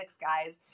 guys